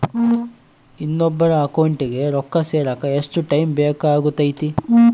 ಇನ್ನೊಬ್ಬರ ಅಕೌಂಟಿಗೆ ರೊಕ್ಕ ಸೇರಕ ಎಷ್ಟು ಟೈಮ್ ಬೇಕಾಗುತೈತಿ?